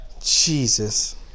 Jesus